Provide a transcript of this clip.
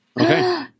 Okay